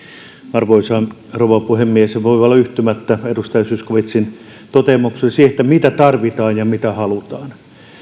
arvoisa rouva puhemies en voi olla yhtymättä edustaja zyskowiczin toteamukseen siitä mitä tarvitaan ja mitä halutaan